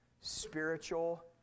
spiritual